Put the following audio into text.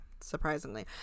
Surprisingly